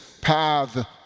path